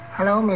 Hello